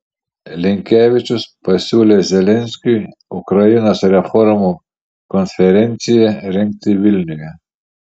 linkevičius pasiūlė zelenskiui ukrainos reformų konferenciją rengti vilniuje